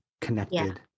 connected